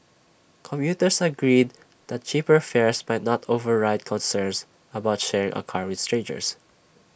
commuters agreed that cheaper fares might not override concerns about sharing A car with strangers